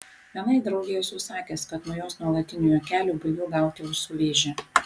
vienai draugei esu sakęs kad nuo jos nuolatinių juokelių baigiu gauti ausų vėžį